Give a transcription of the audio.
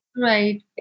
Right